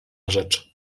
rzecz